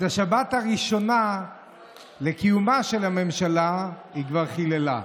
את השבת הראשונה לקיומה של הממשלה היא כבר חיללה.